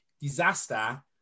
disaster